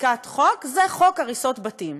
בחקיקת חוק זה חוק הריסות בתים.